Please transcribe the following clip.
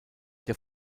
der